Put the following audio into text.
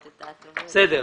בסדר.